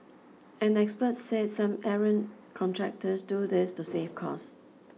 an expert said some errant contractors do this to save costs